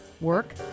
work